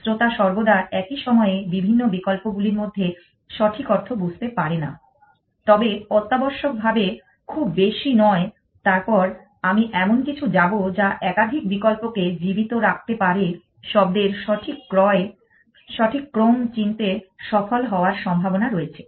শ্রোতা সর্বদা একই সময়ে বিভিন্ন বিকল্পগুলির মধ্যে সঠিক অর্থ বুঝতে পারে না তবে অত্যাবশ্যক ভাবে খুব বেশী নয় তারপর আমি এমন কিছু যাব যা একাধিক বিকল্পকে জীবিত রাখতে পারে শব্দের সঠিক ক্রম চিনতে সফল হওয়ার সম্ভাবনা রয়েছে